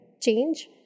change